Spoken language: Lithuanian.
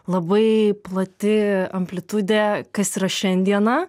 labai plati amplitudė kas yra šiandiena